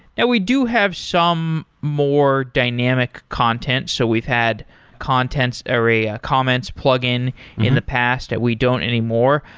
we do have some more dynamic content. so we've had contents or a ah comments plugin in the past that we don't anymore.